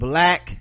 Black